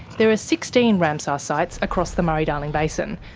there are sixteen ramsar sites across the murray-darling basin,